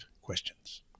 questions